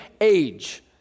age